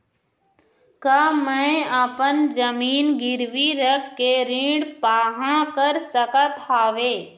का मैं अपन जमीन गिरवी रख के ऋण पाहां कर सकत हावे?